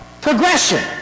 progression